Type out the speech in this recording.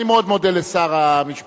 אני מאוד מודה לשר המשפטים,